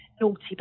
naughty